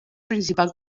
principal